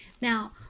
Now